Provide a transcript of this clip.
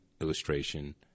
illustration